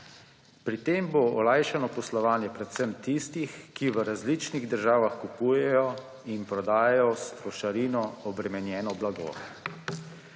Pri tem bo olajšano poslovanje predvsem tistih, ki v različnih državah kupujejo in prodajajo s trošarino obremenjeno blago,